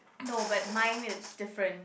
no but mine is different